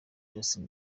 justin